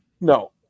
no